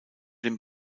den